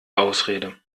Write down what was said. ausrede